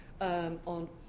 On